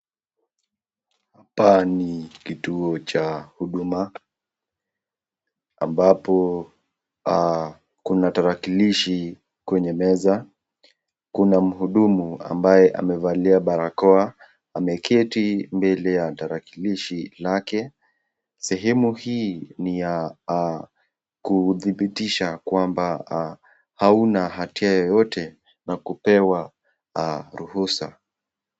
Hapa ni kituo cha Huduma ambapo Kuna tarakillishi kwenye meza Kuna muhudumu ambaye amevalia barakoa ameketi mbele ya tarakillishi lake. Sehemu hii ni ya kuthibitisha kwamba hauna hatia yeyote na kupewa ruhusa.